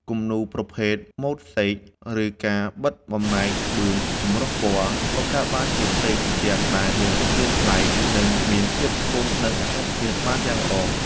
គំនូរប្រភេទ ម៉ូ-សេក ឬការបិទបំណែកក្បឿងចម្រុះពណ៌ បង្កើតបានជាផ្ទៃជញ្ជាំងដែលមានរូបរាងប្លែក និងមានភាពធន់នឹងអាកាសធាតុបានយ៉ាងល្អ។